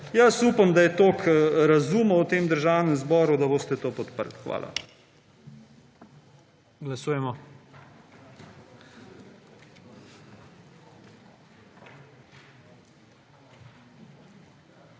Jaz upam, da je toliko razuma v Državnem zboru, da boste to podprli. Hvala.